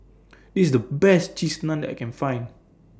This IS The Best Cheese Naan that I Can Find